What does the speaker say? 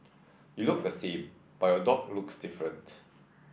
you look the same but your dog looks different